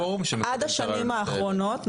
עד השנים האחרונות.